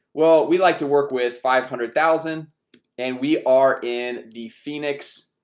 well, we like to work with five hundred thousand and we are in the phoenix,